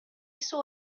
saw